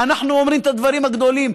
אנחנו אומרים את הדברים הגדולים,